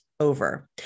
over